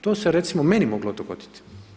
To se recimo meni moglo dogoditi.